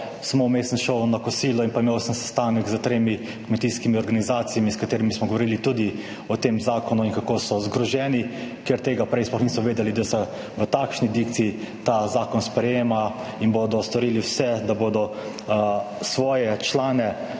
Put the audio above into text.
sem šel samo na kosilo in imel sem sestanek s tremi kmetijskimi organizacijami, s katerimi smo govorili tudi o tem zakonu in kako so zgroženi, ker tega prej sploh niso vedeli, da se v takšni dikciji sprejema ta zakon, in bodo storili vse, da bodo svoje člane